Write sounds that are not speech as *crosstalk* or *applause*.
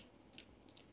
*noise*